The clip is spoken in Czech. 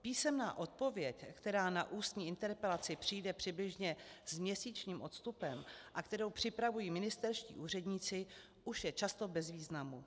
Písemná odpověď, která na ústní interpelaci přijde přibližně s měsíčním odstupem a kterou připravují ministerští úředníci, už je často bez významu.